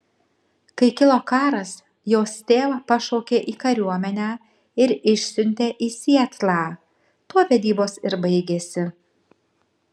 kai kilo karas jos tėvą pašaukė į kariuomenę ir išsiuntė į sietlą tuo vedybos ir baigėsi